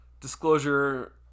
Disclosure